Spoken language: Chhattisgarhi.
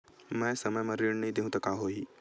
मैं समय म ऋण नहीं देहु त का होही